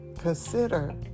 consider